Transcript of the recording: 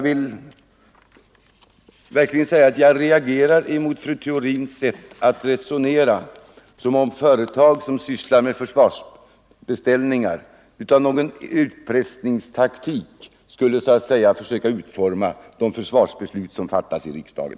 Jag reagerar mot fru Theorins sätt att resonera som om de företag som sysslar med försvarsbeställningar med något slags utpressningstaktik skulle försöka utforma de försvarsbeslut som fattas i riksdagen.